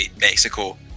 Mexico